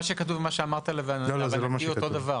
מה שכתוב, ומה שאמרת להבנתי זה אותו דבר.